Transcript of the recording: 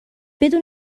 بدون